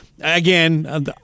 Again